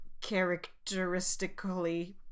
characteristically